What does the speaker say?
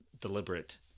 deliberate